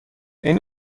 این